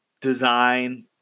design